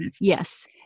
yes